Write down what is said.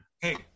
Hey